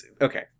okay